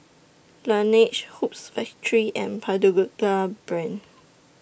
Laneige Hoops Factory and Pagoda Brand